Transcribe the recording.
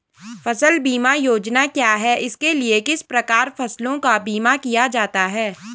फ़सल बीमा योजना क्या है इसके लिए किस प्रकार फसलों का बीमा किया जाता है?